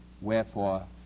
wherefore